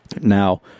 now